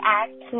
act